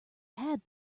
had